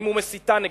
זו קריאה טרומית.